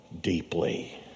deeply